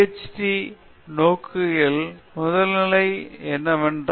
D நோக்குகையில் முதல்நிலை என்னவென்றால் எதற்காக பி